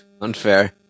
Unfair